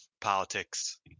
politics